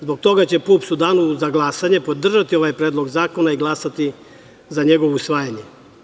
Zbog toga će PUPS u danu za glasanje podržati ovaj predlog zakona i glasati za njegovo usvajanje.